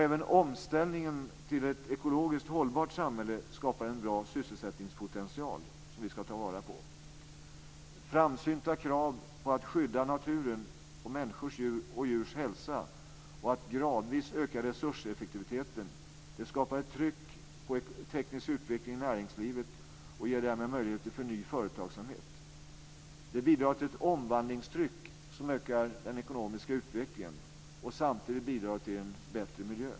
Även omställningen till ett ekologiskt hållbart samhälle skapar en bra sysselsättningspotential som vi ska ta vara på. Framsynta krav på att skydda naturen och människors och djurs hälsa och att gradvis öka resurseffektiviteten skapar ett tryck på teknisk utveckling i näringslivet och ger därmed möjligheter till ny företagsamhet. Det bidrar till ett omvandlingstryck som ökar den ekonomiska utvecklingen. Samtidigt bidrar det till en bättre miljö.